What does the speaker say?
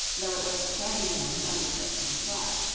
though it was the shaggy man who undertook to reply.